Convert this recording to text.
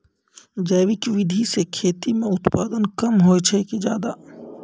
जैविक विधि से खेती म उत्पादन कम होय छै कि ज्यादा?